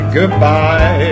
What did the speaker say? goodbye